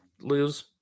lose